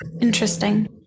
interesting